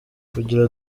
kugira